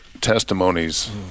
testimonies